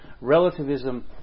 Relativism